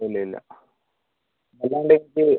ഇല്ല ഇല്ല അല്ലാണ്ട്